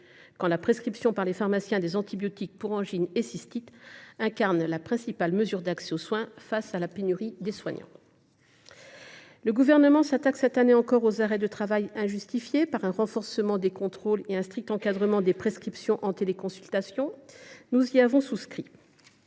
quand la prescription des antibiotiques pour angine et cystite par les pharmaciens incarne la principale mesure d’accès aux soins face à la pénurie de soignants. Le Gouvernement s’attaque cette année encore aux arrêts de travail injustifiés par un renforcement des contrôles et un strict encadrement des prescriptions en téléconsultation. Nous avons souscrit